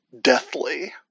deathly